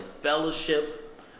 fellowship